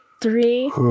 Three